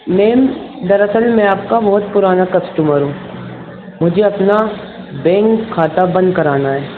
میم دراصل میں آپ کا بہت پرانا کسٹمر ہوں مجھے اپنا بینک خاتہ بند کرانا ہے